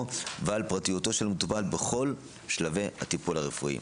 ועל פרטיותו של המטופל בכל שלבי הטיפול הרפואי.